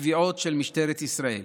התביעות של משטרת ישראל.